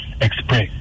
express